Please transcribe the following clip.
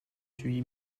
huit